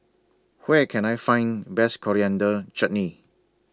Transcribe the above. Where Can I Find Best Coriander Chutney